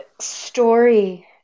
story